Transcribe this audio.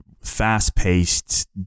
fast-paced